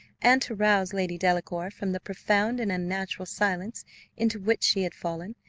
and to rouse lady delacour from the profound and unnatural silence into which she had fallen,